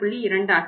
2 ஆக வரும்